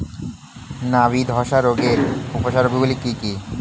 নাবি ধসা রোগের উপসর্গগুলি কি কি?